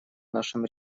нашем